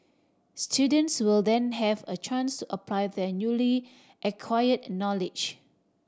students will then have a chance to apply their newly acquired knowledge